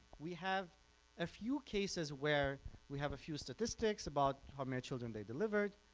we have a few cases where we have a few statistics about how many children they delivered,